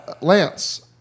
Lance